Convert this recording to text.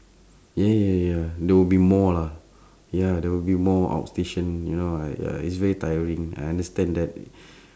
ya ya ya there will be more lah ya there will be more outstation you know ah ya it's very tiring I understand that